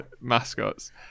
mascots